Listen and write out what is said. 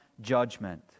judgment